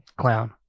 clown